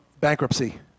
bankruptcy